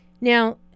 Now